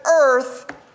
Earth